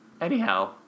anyhow